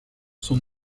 son